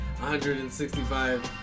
165